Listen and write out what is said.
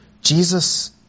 Jesus